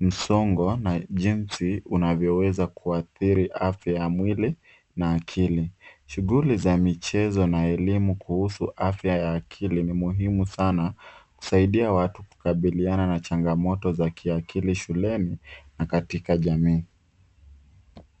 msongo na jinsi unavyoweza kuadhiri afya ya mwili na akili. Shughuli za michezo na elimu kuhusu afya akili ni muhimu sana kusaidia watu kukabiliana na changamoto za kiakili shuleni na katika jamii.